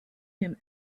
him